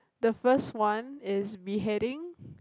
the first one is beheading